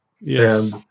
Yes